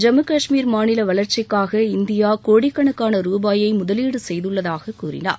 ஜம்மு கஷ்மீர் மாநில வளர்க்சிக்காக இந்தியா கோடிக்கணக்கான ரூபாயை முதலீடு செய்துள்ளதாக கூறினார்